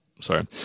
Sorry